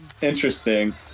Interesting